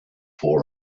for